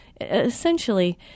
Essentially